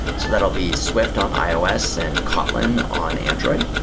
so that will be swift on ios and kotlin on android.